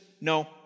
No